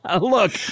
Look